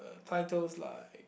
uh titles like